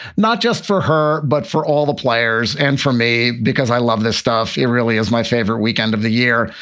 not just for her, but for all the players and for me, because i love this stuff. it really is my favorite weekend of the year.